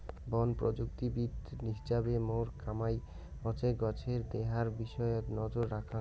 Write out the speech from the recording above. বন প্রযুক্তিবিদ হিছাবে মোর কামাই হসে গছের দেহার বিষয়ত নজর রাখাং